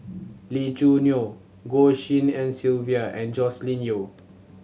Lee Choo Neo Goh Tshin En Sylvia and Joscelin Yeo